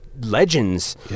legends